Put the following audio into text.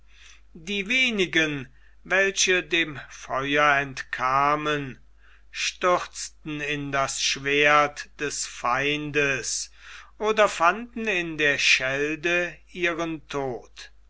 die wenigen welche dem feuer entkamen stürzten in das schwert des feindes oder fanden in der schelde ihren tod